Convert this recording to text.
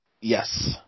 Yes